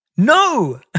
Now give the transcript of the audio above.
No